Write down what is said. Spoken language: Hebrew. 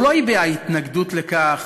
הוא לא הביע התנגדות לכך